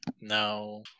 No